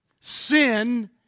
Sin